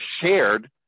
shared